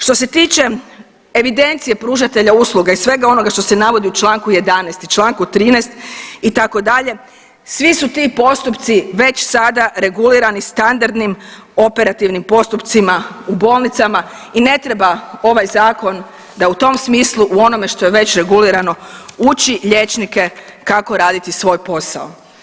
Što se tiče evidencije pružatelja usluga i svega onoga što se navodi u čl. 11 i čl. 13, itd., svi su ti postupci već sada regulirani standardnim operativnim postupcima u bolnicama i ne treba ovaj Zakon da u tom smislu u onome što je već regulirano uči liječnike kako raditi svoj posao.